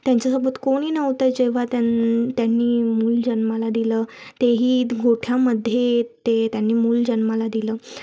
त्यांच्यासोबत कोणी नव्हते जेव्हा त्यां त्यांनी मूल जन्माला दिलं तेही गोठ्यामध्ये ते त्यांनी मूल जन्माला दिलं